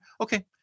okay